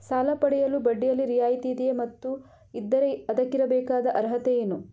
ಸಾಲ ಪಡೆಯಲು ಬಡ್ಡಿಯಲ್ಲಿ ರಿಯಾಯಿತಿ ಇದೆಯೇ ಮತ್ತು ಇದ್ದರೆ ಅದಕ್ಕಿರಬೇಕಾದ ಅರ್ಹತೆ ಏನು?